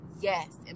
Yes